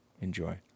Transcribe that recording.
enjoy